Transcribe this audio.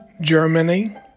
Germany